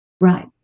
Right